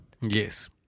Yes